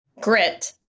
grit